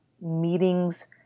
meetings